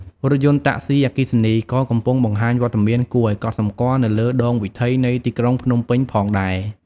រថយន្តតាក់សុី អគ្គិសនី ក៏កំពុងបង្ហាញវត្តមានគួរឱ្យកត់សម្គាល់នៅលើដងវិថីនៃទីក្រុងភ្នំពេញផងដែរ។